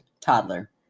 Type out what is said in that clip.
Toddler